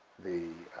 the